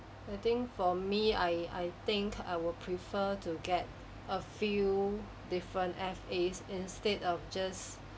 I think for me I I think I will prefer to get a few different F_As instead of just